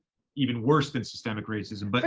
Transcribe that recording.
even worse than systemic racism, but